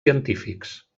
científics